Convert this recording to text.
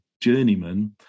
journeyman